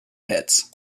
pits